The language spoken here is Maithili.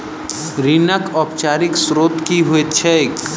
ऋणक औपचारिक स्त्रोत की होइत छैक?